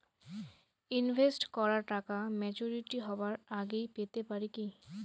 Invest করা টাকা maturity হবার আগেই পেতে পারি কি?